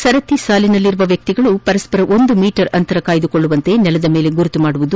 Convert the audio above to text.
ಸರಥಿ ಸಾಲಿನಲ್ಲಿರುವ ವ್ಹಿಗಳು ಪರಸ್ವರ ಒಂದು ಮೀಟರ್ ಅಂತರ ಕಾಯ್ದುಕೊಳ್ಳುವಂತೆ ನೆಲದ ಮೇಲೆ ಗುರುತು ಮಾಡುವುದು